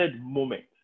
moment